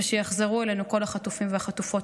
ושיחזרו אלינו כל החטופים והחטופות.